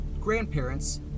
grandparents